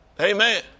Amen